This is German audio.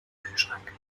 kühlschrank